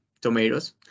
tomatoes